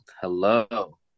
hello